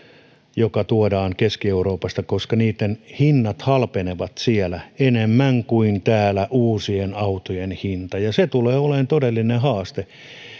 joka tuodaan keski euroopasta koska niitten hinnat halpenevat siellä enemmän kuin täällä uusien autojen hinta ja se tulee olemaan todellinen haaste